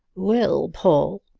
well, paul!